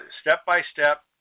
step-by-step